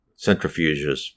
Centrifuges